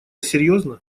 серьезно